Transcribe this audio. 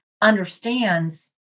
understands